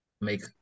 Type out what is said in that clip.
make